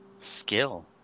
Skill